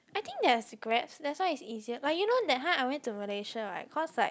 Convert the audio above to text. I think there is grabs that's why it's easier like you know that time I went to Malaysia [right] cause like